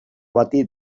bati